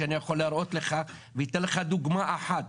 שאני יכול להראות לך ואתן לך דוגמה אחת.